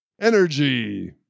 energy